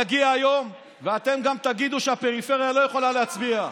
יגיע היום ואתם גם תגידו שהפריפריה לא יכולה להצביע,